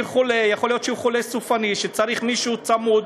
יכול להיות שהוא חולה סופני שצריך מישהו צמוד,